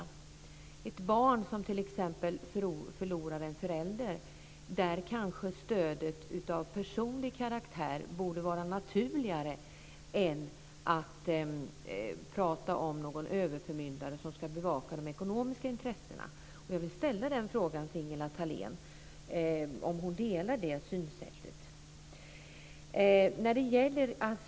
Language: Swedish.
För ett barn som t.ex. förlorar en förälder kanske stödet av personlig karaktär borde vara naturligare än att tala om någon överförmyndare som ska bevaka de ekonomiska intressena. Jag vill ställa frågan till Ingela Thalén om hon delar det synsättet.